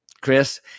Chris